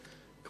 תודה,